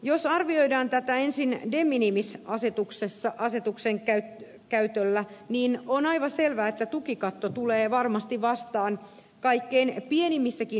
jos arvioidaan ensin de minimis asetuksen käyttöä niin on aivan selvää että tukikatto tulee varmasti vastaan jo kaikkein pienimmissäkin järjestöissä